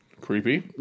creepy